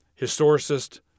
Historicist